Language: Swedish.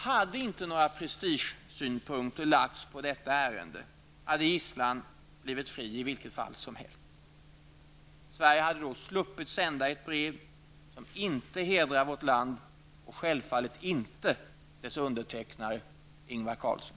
Om inte några prestigesynpunkter hade lagts på ärendet hade gisslan blivit fri i vilket fall som helst. Sverige hade då sluppit att sända ett brev som inte hedrar vårt land och självfallet inte dess undertecknare, Ingvar Carlsson.